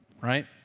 right